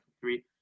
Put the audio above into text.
three